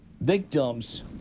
victims